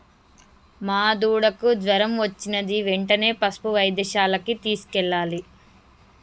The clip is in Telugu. మా దూడకు జ్వరం వచ్చినది వెంటనే పసుపు వైద్యశాలకు తీసుకెళ్లాలి